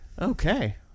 Okay